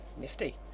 nifty